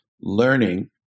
learning